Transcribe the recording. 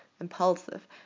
impulsive